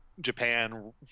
Japan